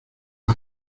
las